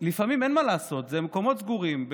ולפעמים אין מה לעשות, אלה מקומות סגורים.